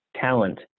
talent